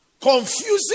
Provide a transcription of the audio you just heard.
Confusing